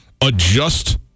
adjust